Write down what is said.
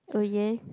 oh yeah